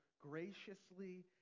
graciously